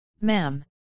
ma'am